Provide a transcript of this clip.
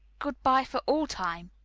good-by for all time,